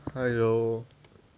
hello